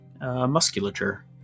musculature